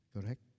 correct